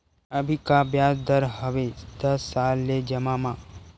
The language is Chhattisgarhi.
अभी का ब्याज दर हवे दस साल ले जमा मा?